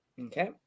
Okay